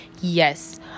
Yes